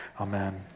amen